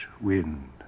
wind